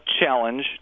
challenge